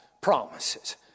promises